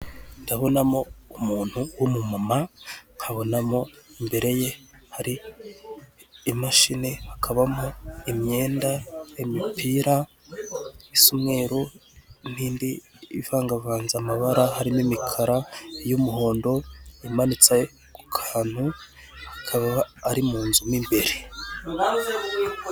Ndabona mo umuntu w'umu mama, nkabonamo imbere ye hari imashini, hakabamo imyenda, imipira isa umweruru, n'indi ivanga vanze amabara, hari mo imikara, iy'umuhondo imanitse kukantu hakaba ari mu nzu mo imbere.